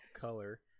color